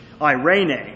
irene